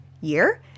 year